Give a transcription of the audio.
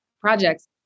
projects